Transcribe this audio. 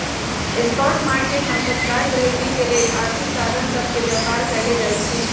spot market हम तत्काल delivery के लेल आर्थिक साधन सभ के व्यापार कयल जाइ छइ